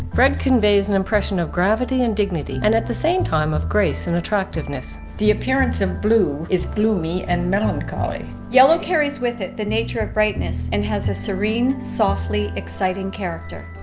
red conveys an impression of gravity and dignity, and at the same time of grace and attractiveness. the appearance of blue is gloomy and melancholy. yellow carries with it the nature of brightness, and has a serene, softly exciting character.